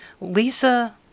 Lisa